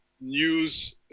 news